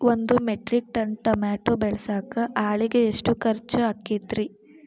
ಒಂದು metric ton tomato ಬೆಳಸಾಕ್ ಆಳಿಗೆ ಎಷ್ಟು ಖರ್ಚ್ ಆಕ್ಕೇತ್ರಿ?